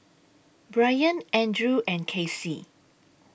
Brian Andrew and Kacey